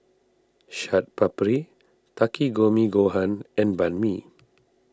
Chaat Papri Takikomi Gohan and Banh Mi